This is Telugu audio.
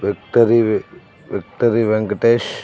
victory victory Venkatesh